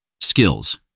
Skills